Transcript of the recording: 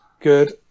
Good